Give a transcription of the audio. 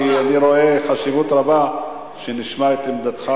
כי אני רואה חשיבות רבה שנשמע את עמדתך